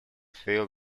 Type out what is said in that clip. field